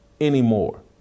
anymore